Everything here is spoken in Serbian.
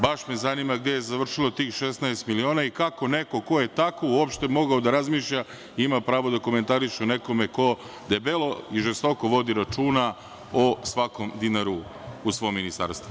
Baš me zanima gde je završilo tih 16 miliona i kako neko ko je tako, uopšte mogao da razmišlja i ima pravo da komentariše o nekome ko debelo i žestoko vodi računa o svakom dinaru u svom ministarstvu.